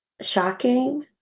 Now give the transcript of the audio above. shocking